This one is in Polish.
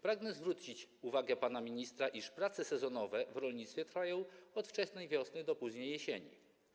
Pragnę zwrócić uwagę pana ministra na to, iż prace sezonowe w rolnictwie trwają od wczesnej wiosny do późnej jesieni.